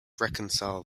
reconcile